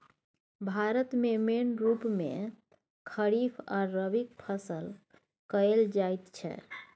भारत मे मेन रुप मे खरीफ आ रबीक फसल कएल जाइत छै